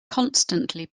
constantly